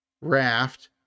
Raft